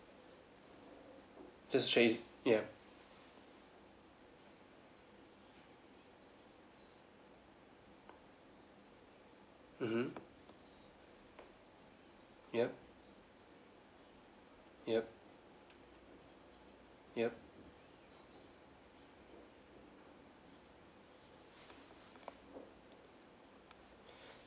just raise ya mmhmm yup yup yup